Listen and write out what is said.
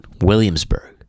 Williamsburg